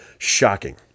Shocking